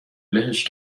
لهش